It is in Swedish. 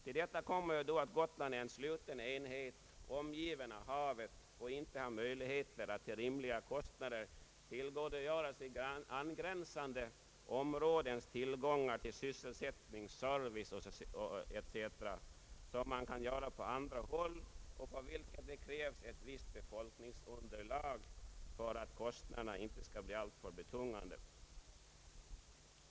Till detta kommer att Gotland är en sluten enhet omgiven av havet och inte har möjlighet att till rimliga kostnader tillgodogöra sig angränsande områdens tillgångar till sysselsättning, service etc., som man kan göra på andra håll och för vilket det krävs ett visst befolkningsunderlag för att inte kostnaderna skall bli alltför betungande.